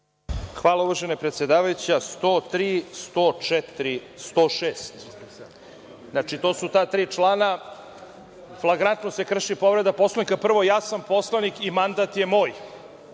Hvala uvažena predsedavajuća.103, 104. i 106 članovi, to su ta tri člana, flagrantno se krši povreda Poslovnika, prvo ja sam poslanik i mandat je moj